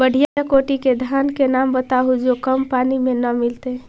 बढ़िया कोटि के धान के नाम बताहु जो कम पानी में न मरतइ?